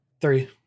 Three